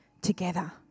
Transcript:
together